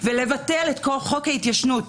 ולבטל את חוק ההתיישנות,